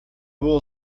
było